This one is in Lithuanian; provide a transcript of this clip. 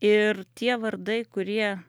ir tie vardai kurie